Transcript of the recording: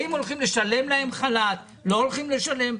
האם הולכים לשלם להם חל"ת, לא הולכים לשלם?